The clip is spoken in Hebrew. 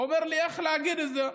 הוא אומר לי איך להגיד את זה.